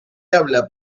habla